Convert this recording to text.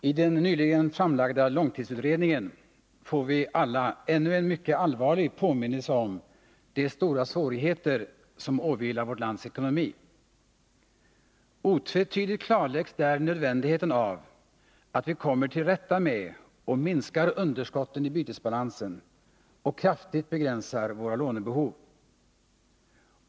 Fru talman! I den nyligen framlagda långtidsutredningen får vi alla ännu en mycket allvarlig påminnelse om de stora svårigheter som åvilar vårt lands ekonomi. Otvetydigt klarläggs där nödvändigheten av att vi kommer till rätta med och minskar underskotten i bytesbalansen och kraftigt begränsar våra lånebehov.